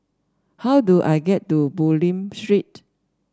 how do I get to Bulim Street